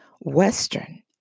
Western